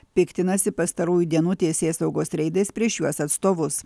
piktinasi pastarųjų dienų teisėsaugos reidais prieš juos atstovus